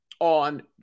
on